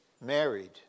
married